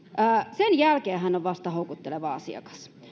sen jälkeen hän on houkutteleva asiakas